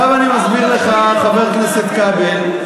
עכשיו אני מסביר לך, חבר הכנסת כבל,